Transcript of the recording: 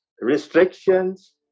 restrictions